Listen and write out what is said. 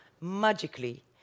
magically